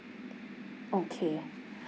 okay